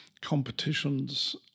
competitions